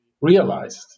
realized